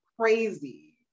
crazy